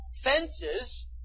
fences